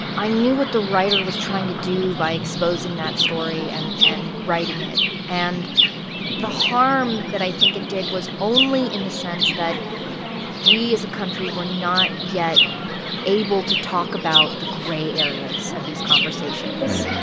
i knew what the writer was trying to do by exposing that story and and writing it. and the harm that i think it did was only in the sense that we as a country, we're not yet able to talk about the gray areas of these conversations.